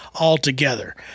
altogether